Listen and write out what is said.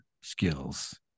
skills